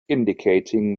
indicating